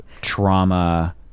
trauma